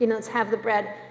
you know let's have the bread.